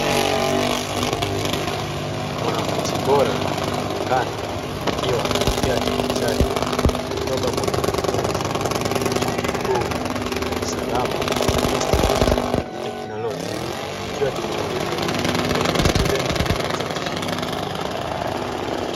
Mwanafunzi bora anaonekana akiwa anapokea cheti chake kutoka kwa mkufunzi wa chuo kikuu cha "Dar es salaam Institute of Technology" kikiwa kimeandikwa "best student certificate".